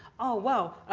oh, well,